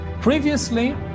Previously